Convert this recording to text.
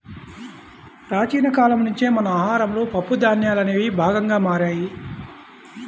ప్రాచీన కాలం నుంచే మన ఆహారంలో పప్పు ధాన్యాలనేవి భాగంగా మారాయి